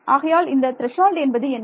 ஆகையால் இந்த த்ரசோல்டு என்பது என்ன